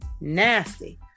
Nasty